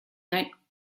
nein